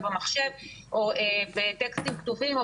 בסמארטפון שלהם ובין אם זה במחשב או בטקסטים כתובים או